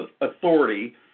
authority